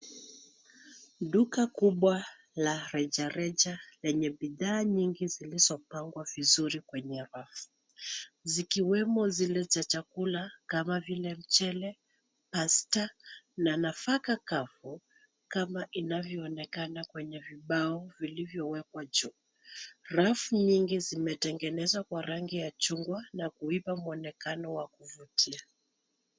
Duka kubwa la rejareja lenye bidhaa nyingi zilizopangwa vizuri kwenye rafu zikiwemo zile za chakula kama vile mchele, pasta na nafaka kama inavyoonekana Kwa vibao vilivyowekwa juu rafu nyingi zimetengenezwa Kwa rangi ya chungwa na kulipa mwinekano wa kuvutia.